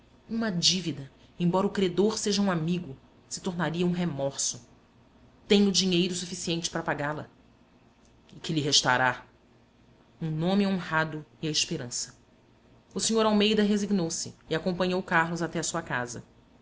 uma dívida embora o credor seja um amigo se tornaria um remorso tenho dinheiro suficiente para pagá la e que lhe restará um nome honrado e a esperança o sr almeida resignou-se e acompanhou carlos até à sua casa